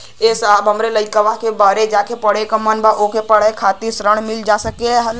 ए साहब हमरे लईकवा के बहरे जाके पढ़े क मन बा ओके पढ़ाई करे खातिर ऋण मिल जा सकत ह?